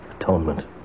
Atonement